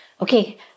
okay